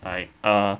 like ah